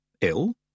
Ill